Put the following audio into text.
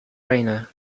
rainier